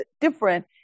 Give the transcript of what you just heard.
different